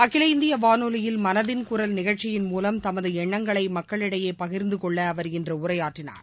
அகில இந்திய வானொலியில் மனதின் குரல் நிகழ்ச்சியின் மூலம் தமது எண்ணங்களை மக்களிடையே பகிர்ந்தகொள்ள அவர் இன்று உரையாற்றினார்